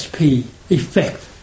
effect